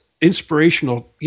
inspirational